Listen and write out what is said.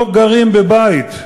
לא גרים בבית,